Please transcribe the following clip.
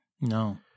No